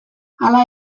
hala